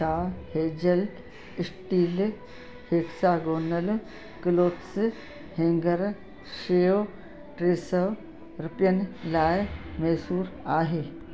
छा Hazel steel hexagonal clothes hanger शइ टे सौ रुपियनि लाइ मुयसरु आहे